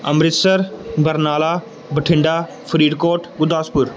Amritsar Barnala Bathinda Faridkot Gurdaspur